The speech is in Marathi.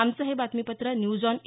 आमचं हे बातमीपत्र न्यूज ऑन ए